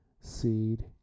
seed